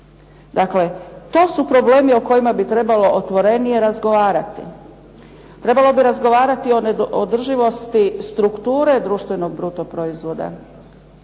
Dakle, to su problemi o kojima bi trebalo otvorenije razgovarati. Trebalo bi razgovarati o neodrživosti strukture društvenog bruto proizvoda.